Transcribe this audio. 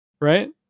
right